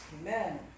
Amen